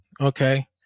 Okay